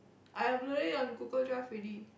I upload it on Google Drive already